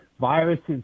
viruses